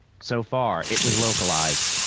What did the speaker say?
so far it was localized.